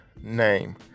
name